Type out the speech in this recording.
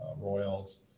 Royals